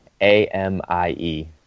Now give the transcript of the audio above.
A-M-I-E